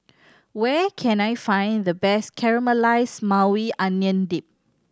where can I find the best Caramelized Maui Onion Dip